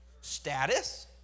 status